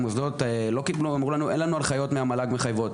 המוסדות אמרו לנו: אין לנו הנחיות מחייבות מן המל"ג,